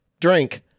Drink